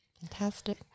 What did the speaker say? Fantastic